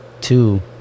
two